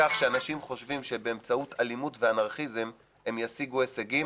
מכך שאנשים חושבים שבאמצעות אלימות ואנרכיזם הם ישיגו הישגים,